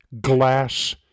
glass